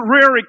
rare